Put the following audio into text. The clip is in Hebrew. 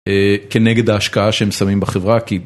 כנגד ההשקעה שהם שמים בחברה, כי